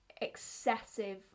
excessive